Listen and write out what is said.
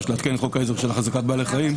שיעדכן את חוק העזר של החזקת בעלי חיים.